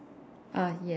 ah yes